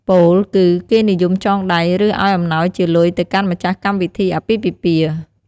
ពោលគឺ គេនិយមចងដៃ ឬ ឱ្យអំណោយជាលុយទៅកាន់ម្ចាស់កម្មវិធីអាពាហ៍ពិពាហ៍។